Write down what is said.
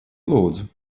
lūdzu